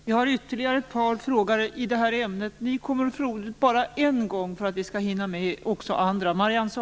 Vi har ytterligare ett par frågare i det här ämnet. Ni kommer att få ordet bara en gång för att vi skall hinna med också andra.